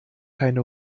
keine